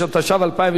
מי בעד?